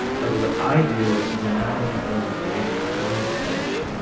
but what i do is i not only oil the grate, i oil the fish.